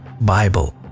Bible